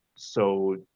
so,